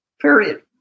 Period